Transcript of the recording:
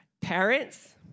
Parents